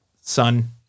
son